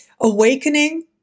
Awakening